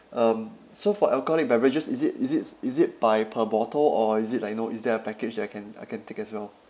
um so for alcoholic beverages is it is it is it by per bottle or is it like you know is there a package I can I can take as well